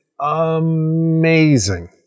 amazing